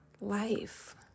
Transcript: life